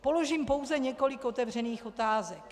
Položím pouze několik otevřených otázek.